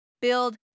build